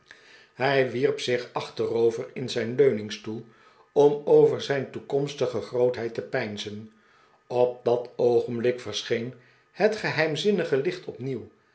hij wierp zich achterover in zijn leuningstoel om over zijn toekomstige grootheid te peinzen op dat oogenblik verseheen het geheimzinnige licht opnieuw